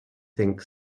think